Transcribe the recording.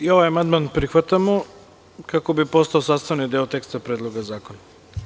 I ovaj amandman prihvatamo kako bi postao sastavni deo teksta Predloga zakona.